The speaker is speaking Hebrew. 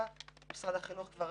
משרד החינוך כבר